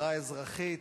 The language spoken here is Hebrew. החברה האזרחית,